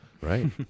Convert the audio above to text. Right